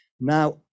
now